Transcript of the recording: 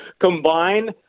combine